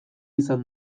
izan